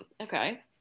Okay